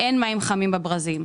אין מים חמים בברזים,